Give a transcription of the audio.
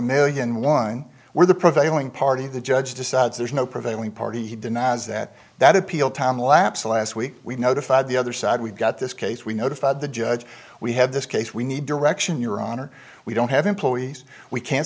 million one where the prevailing party the judge decides there's no prevailing party he denies that that appeal timelapse last week we notified the other side we've got this case we notified the judge we have this case we need to direct your honor we don't have employees we can't